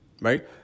right